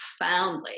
profoundly